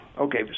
Okay